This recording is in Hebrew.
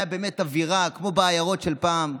הייתה באמת אווירה כמו בעיירות של פעם.